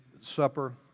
supper